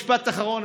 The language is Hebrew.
משפט אחרון,